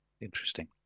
Interesting